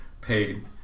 paid